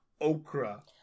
okra